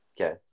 Okay